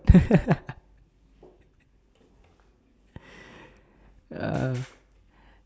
ya